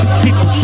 people